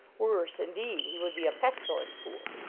worse, indeed he would be a pes tilent fool.